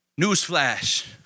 Newsflash